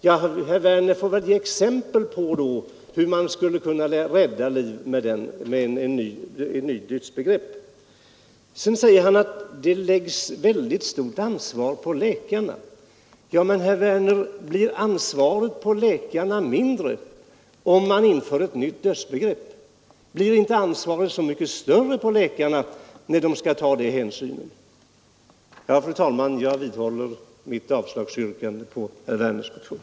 Herr Werner får väl då ge exempel på hur liv skulle kunna räddas genom tillämpandet av ett nytt dödsbegrepp. Vidare säger herr Werner att det läggs ett väldigt ansvar på läkarna. Men, herr Werner, blir läkarnas ansvar mindre, om man inför ett nytt dödsbegrepp? Blir inte i stället ansvaret så mycket större för läkarna när de skall ta hänsyn även till detta? Fru talman! Jag vidhåller mitt avslagsyrkande på herr Werners motion.